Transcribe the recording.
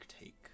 take